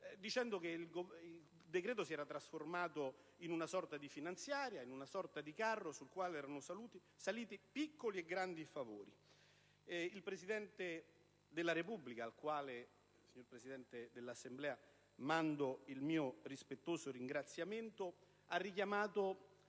dicendo che il decreto si era trasformato in una sorta di finanziaria, in una sorta di carro sul quale erano saliti piccoli e grandi favori. Il Presidente della Repubblica, al quale, signora Presidente dell'Assemblea, esprimo il mio rispettoso ringraziamento, ha richiamato